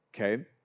okay